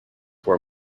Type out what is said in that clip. were